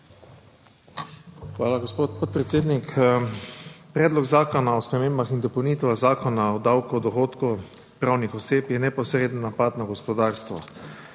Hvala, gospod podpredsednik. Predlog zakona o spremembah in dopolnitvah Zakona o davku od dohodkov pravnih oseb je neposreden napad na gospodarstvo,